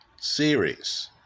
series